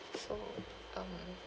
so um